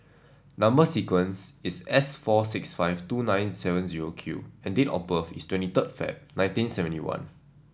number sequence is S four six five two nine seven zero Q and date of birth is twenty third Feb nineteen seventy one